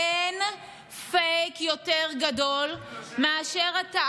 אין פייק יותר גדול מאשר, הינה, הוא יושב פה.